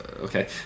Okay